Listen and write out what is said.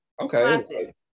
okay